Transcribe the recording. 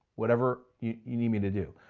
whatever you need me to do.